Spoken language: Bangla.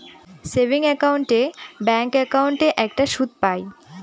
সেভিংস একাউন্ট এ ব্যাঙ্ক একাউন্টে একটা সুদ পাই